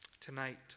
Tonight